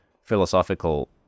philosophical